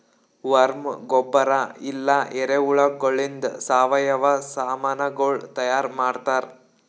worm ಗೊಬ್ಬರ ಇಲ್ಲಾ ಎರೆಹುಳಗೊಳಿಂದ್ ಸಾವಯವ ಸಾಮನಗೊಳ್ ತೈಯಾರ್ ಮಾಡ್ತಾರ್